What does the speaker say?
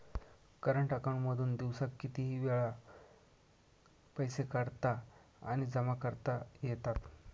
current account मधून दिवसात कितीही वेळ पैसे काढता आणि जमा करता येतात